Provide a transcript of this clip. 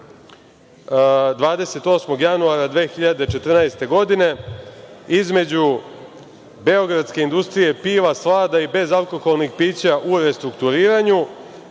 28. januara 2014. godine između Beogradske industrije piva, slada i bezalkoholnih pića u restrukturiranju